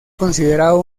considerado